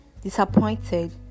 disappointed